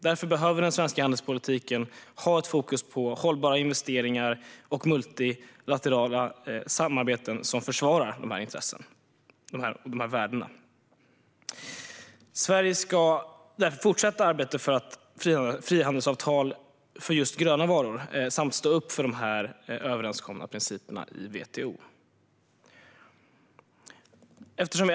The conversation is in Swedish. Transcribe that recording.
Därför behöver den svenska handelspolitiken ha ett fokus på hållbara investeringar och multilaterala samarbeten som försvarar de värdena. Sverige ska därför fortsätta arbetet för ett frihandelsavtal för gröna varor samt stå upp för de överenskomna principerna i WTO.